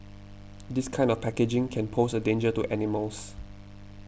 this kind of packaging can pose a danger to animals